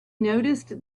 noticed